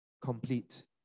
complete